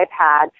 iPad